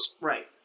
Right